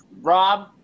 Rob